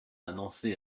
annoncé